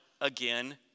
again